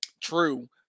True